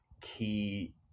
key